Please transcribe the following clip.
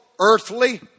earthly